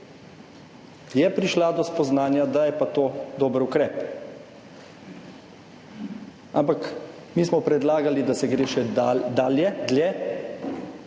do dveh, do spoznanja, da je pa to dober ukrep. Ampak mi smo predlagali, da se gre še dlje, da